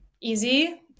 easy